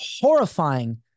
horrifying